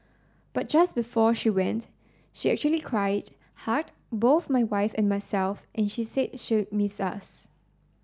but just before she went she actually cried hugged both my wife and myself and she said she'd miss us